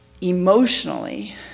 emotionally